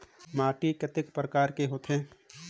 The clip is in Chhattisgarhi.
माटी कतेक परकार कर होथे?